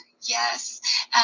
Yes